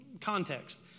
context